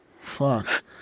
Fuck